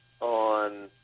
on